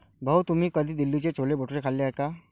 भाऊ, तुम्ही कधी दिल्लीचे छोले भटुरे खाल्ले आहेत का?